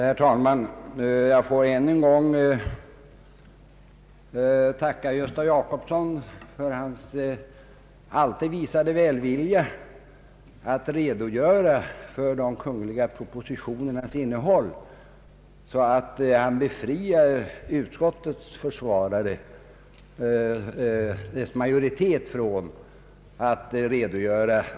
Herr talman! Jag får än en gång tacka herr Gösta Jacobsson för hans alltid visade välvilja att redogöra för de kungl. propositionernas innehåll, så att han befriar utskottsmajoritetens försvarare från denna skyldighet.